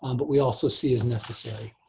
um but we also see as necessary.